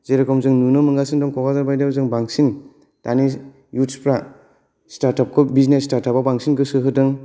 जेरेखम जों नुनो मोनगासिनो दं कक्राझार बायदियाव जों बांसिन दानि युथस्फ्रा स्टार्त आपखौ बिजनेस स्टार्त आपखौ बांसिन गोसो होदों